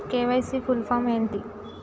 KYC full form ఏంటి?